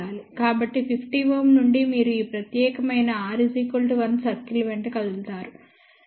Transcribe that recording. కాబట్టి 50 Ω నుండి మీరు ఈ ప్రత్యేకమైన r1 సర్కిల్ వెంట కదులుతారు